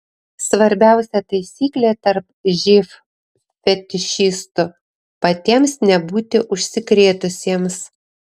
svarbiausia taisyklė tarp živ fetišistų patiems nebūti užsikrėtusiems